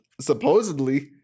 Supposedly